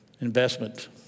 Investment